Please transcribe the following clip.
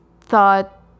thought